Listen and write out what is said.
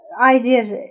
ideas